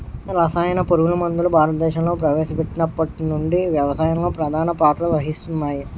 రసాయన పురుగుమందులు భారతదేశంలో ప్రవేశపెట్టినప్పటి నుండి వ్యవసాయంలో ప్రధాన పాత్ర వహిస్తున్నాయి